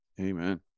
Amen